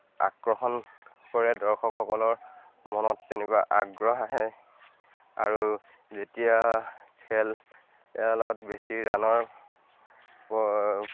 আক্ৰষণ কৰে দৰ্শকসকলৰ মনত তেনেকুৱা আগ্ৰহ আহে আৰু যেতিয়া খেল খেলত বেছি ৰাণৰ প